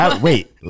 Wait